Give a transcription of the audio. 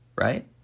right